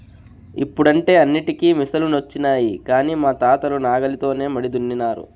ఇప్పుడంటే అన్నింటికీ మిసనులొచ్చినాయి కానీ మా తాతలు నాగలితోనే మడి దున్నినారు